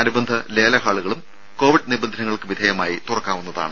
അനുബന്ധ ലേല ഹാളുകളും നിബന്ധനകൾക്ക് വിധേയമായി തുറക്കാവുന്നതാണ്